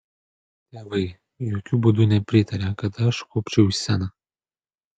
tėvai jokiu būdu nepritarė kad aš kopčiau į sceną